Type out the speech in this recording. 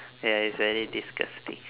ya it's very disgusting